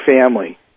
family